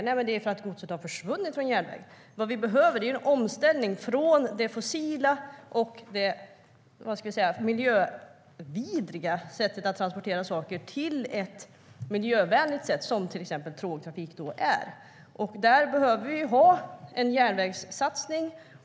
Det är ju därför att godset har försvunnit från järnvägen. Vad vi behöver är en omställning från det fossila och miljövidriga sättet att transportera saker till ett miljövänligt sätt, som tågtrafik är. Vi behöver en järnvägssatsning.